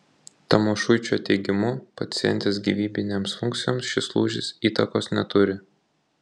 tamošuičio teigimu pacientės gyvybinėms funkcijoms šis lūžis įtakos neturi